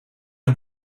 een